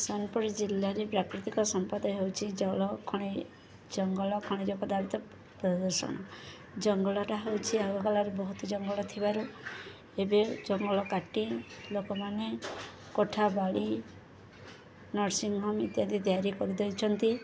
ସୋନପଡ଼ି ଜିଲ୍ଲାରେ ପ୍ରାକୃତିକ ସମ୍ପଦ ହେଉଛିି ଜଳ ଜଙ୍ଗଲ ଖଣିଜ ପଦାର୍ଥ ପ୍ରଦୂଷଣ ଜଙ୍ଗଲଟା ହେଉଛି ଆଗ କାଳରୁ ବହୁତ ଜଙ୍ଗଲ ଥିବାରୁ ଏବେ ଜଙ୍ଗଲ କାଟି ଲୋକମାନେ କୋଠାବାଡ଼ି ନର୍ସିଂ ହୋମ୍ ଇତ୍ୟାଦି ତିଆରି କରିଦେଇଛନ୍ତି